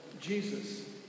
Jesus